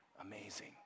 amazing